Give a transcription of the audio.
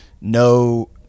No